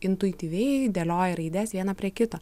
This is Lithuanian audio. intuityviai dėlioja raides vieną prie kito